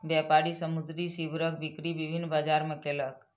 व्यापारी समुद्री सीवरक बिक्री विभिन्न बजार मे कयलक